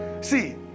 see